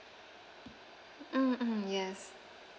mm mm yes